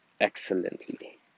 excellently